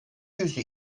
yüzü